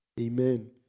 Amen